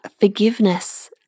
forgiveness